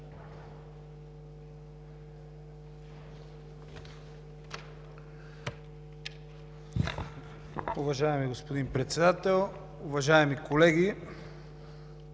Уважаеми господин Председател, уважаеми колеги!